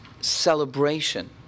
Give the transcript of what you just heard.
celebration